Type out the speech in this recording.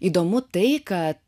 įdomu tai kad